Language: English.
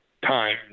time